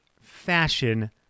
fashion